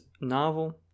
novel